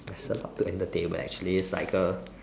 there's a lot to entertain but actually its like a